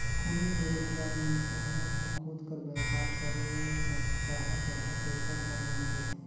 कोनोच बेरोजगार मइनसे हर अपन खुद कर बयपार करे बर चाहत अहे तेकर बर लोन देथे